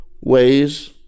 ways